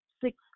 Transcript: six